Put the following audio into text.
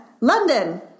London